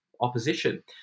opposition